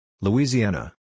Louisiana